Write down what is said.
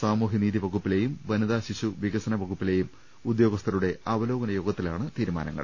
സാമൂഹ്യനീതി വകുപ്പിലെയും വനിതാ ശിശു വികസന വകുപ്പിലെയും ഉദ്യോഗസ്ഥരുടെ അവലോകന യോഗത്തിലാണ് തീരുമാനങ്ങൾ